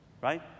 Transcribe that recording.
right